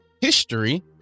history